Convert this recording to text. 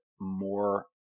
more